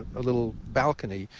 a little balcony,